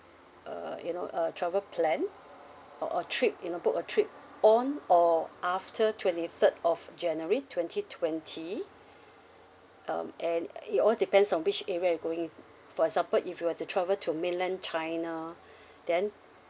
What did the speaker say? err you know a travel plan or a trip you know book a trip on or after twenty third of january twenty twenty um and it all depends on which area you're going for example if you were to travel to mainland china then